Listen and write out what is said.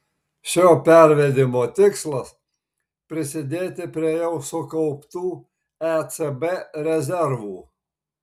šio pervedimo tikslas prisidėti prie jau sukauptų ecb rezervų